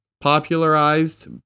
popularized